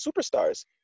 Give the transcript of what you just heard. superstars